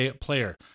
player